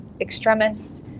extremists